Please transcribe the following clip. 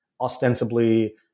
ostensibly